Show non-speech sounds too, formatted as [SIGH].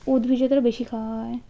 [UNINTELLIGIBLE] বেশি খাওয়া হয়